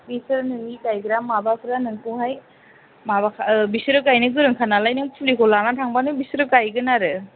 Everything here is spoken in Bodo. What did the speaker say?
बेसोर नोंनि गायग्रा माबाफ्रा नोंखौहाय माबाखा बिसोरो गायनो गोरोंखा नालाय नों फुलिखौ लानानै थांबानो बिसोर गायगोन आरो